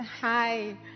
Hi